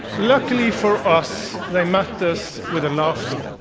luckily for us, they met us with laughter,